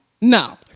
No